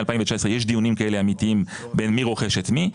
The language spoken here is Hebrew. מ-2019 יש דיונים כאלה אמיתיים בין מי רוכש את מי,